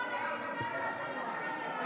אתה בושה לכיסא שאתה יושב עליו.